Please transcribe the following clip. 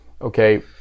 Okay